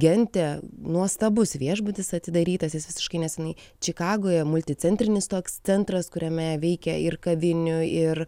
gente nuostabus viešbutis atidarytas jis visiškai neseniai čikagoje multicentrinis toks centras kuriame veikia ir kavinių ir